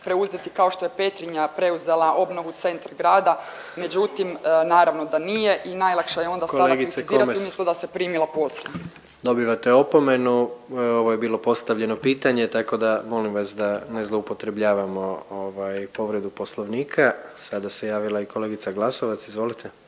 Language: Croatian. preuzeti kao što je Petrinja preuzela obnovu centra grada, međutim naravno da nije i najlakše je onda samo kritizirati…/Upadica predsjednik: Kolegice Komes…/…umjesto da se primila posla. **Jandroković, Gordan (HDZ)** dobivate opomenu, ovo je bilo postavljeno pitanje, tako da molim vas da ne zloupotrebljavamo ovaj povredu Poslovnika. Sada se javila i kolegica Glasovac, izvolite.